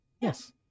Yes